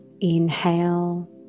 inhale